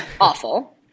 awful